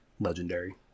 legendary